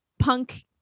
Punk